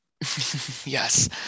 Yes